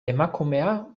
emakumea